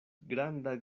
granda